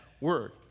word